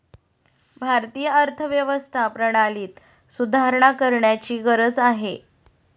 भारतीय अर्थव्यवस्था प्रणालीत सुधारणा करण्याची गरज आहे